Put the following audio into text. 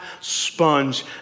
sponge